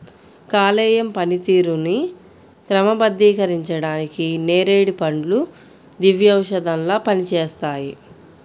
కాలేయం పనితీరుని క్రమబద్ధీకరించడానికి నేరేడు పండ్లు దివ్యౌషధంలా పనిచేస్తాయి